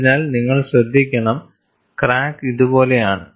അതിനാൽ നിങ്ങൾ ശ്രദ്ധിക്കണം ക്രാക്ക് ഇതുപോലെയാണ്